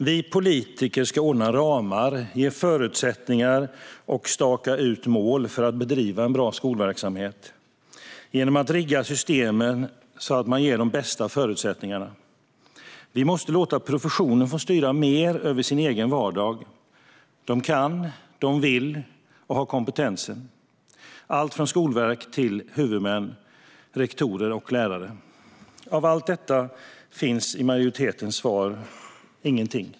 Vi politiker ska ordna ramar, ge förutsättningar och staka ut mål för att bedriva en bra skolverksamhet genom att rigga systemen så att man ger de bästa förutsättningarna. Vi måste låta professionen få styra mer över sin egen vardag. De kan, vill och har kompetensen. Det gäller allt från skolverk till huvudmän, rektorer och lärare. Av allt detta finns i majoritetens svar ingenting.